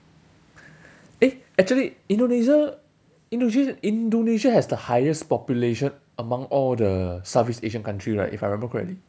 eh actually indonesia indonesia indonesia has the highest population among all the south east asian country right if I remember correctly